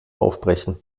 aufbrechen